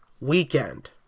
weekend